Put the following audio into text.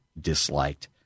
disliked